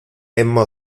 emma